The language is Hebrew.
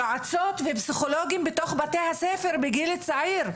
יועצות ופסיכולוגים בתוך בתי הספר בגיל צעיר.